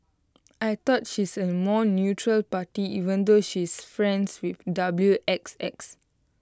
I thought she's A more neutral party even though she is friends with W X X